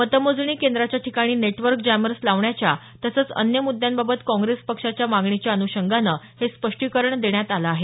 मतमोजणी केंद्राच्या ठिकाणी नेटवर्क जॅमर्स लावण्याच्या तसंच अन्य मुद्द्यांबाबत काँग्रेस पक्षाच्या मागणीच्या अन्षंगानं हे स्पष्टीकरण देण्यात आलं आहे